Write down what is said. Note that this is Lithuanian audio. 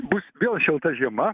bus vėl šilta žiema